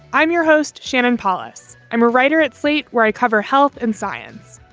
i'm your host, shannon polys. i'm a writer at slate, where i cover health and science.